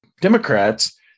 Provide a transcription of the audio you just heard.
Democrats